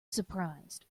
surprised